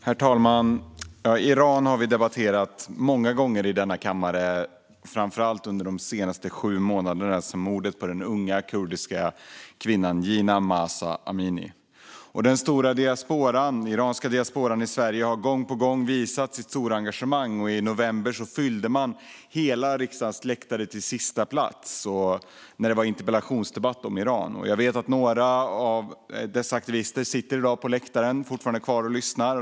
Herr talman! Iran har vi debatterat många gånger i denna kammare, framför allt de senaste sju månaderna sedan mordet på den unga kurdiska kvinnan Jina Mahsa Amini. Den stora iranska diasporan i Sverige har gång på gång visat sitt stora engagemang, och i november fyllde de riksdagens läktare till sista plats när det var interpellationsdebatt om Iran. Jag vet att några av dessa aktivister också i dag sitter på läktaren och lyssnar.